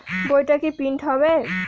বইটা কি প্রিন্ট হবে?